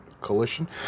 Coalition